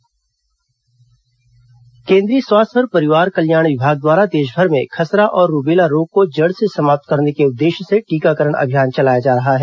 टीकाकरण अभियान केन्द्रीय स्वास्थ्य और परिवार कल्याण विभाग द्वारा देशभर में खसरा और रूबेला रोग को जड़ से समाप्त करने के उद्देश्य से टीकाकरण अभियान चलाया जा रहा है